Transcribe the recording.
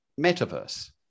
metaverse